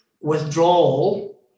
withdrawal